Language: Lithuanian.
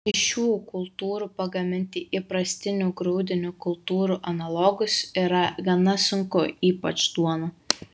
iš šių kultūrų pagaminti įprastinių grūdinių kultūrų analogus yra gana sunku ypač duoną